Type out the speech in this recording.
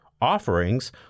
Offerings